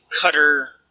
cutter